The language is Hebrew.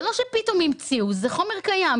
זה לא שפתאום המציאו אלא זה חומר קיים.